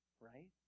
right